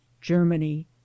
germany